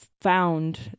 found